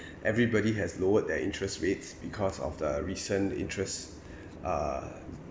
everybody has lowered their interest rates because of the recent interest uh